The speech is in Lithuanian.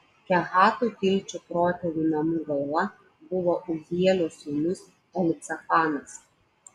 kehatų kilčių protėvių namų galva buvo uzielio sūnus elicafanas